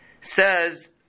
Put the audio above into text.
says